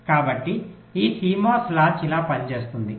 కాబట్టి ఈ CMOS latch ఇలా పనిచేస్తుంది